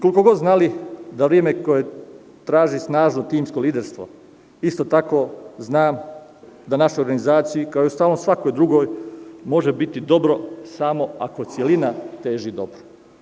Koliko god znali da se traži snažno timsko liderstvo, isto tako znam da našoj organizaciji kao i svakoj drugoj može biti dobro samo ako celina teži dobro.